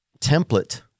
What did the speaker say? template